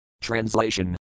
Translation